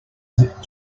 that